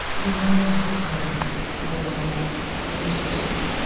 the wound is the place where the light enters you.